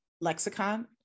lexicon